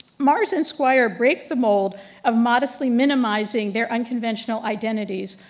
mars and squire break the mold of modestly minimizing their unconventional identities.